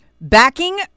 backing